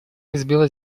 разбила